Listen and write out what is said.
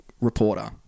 reporter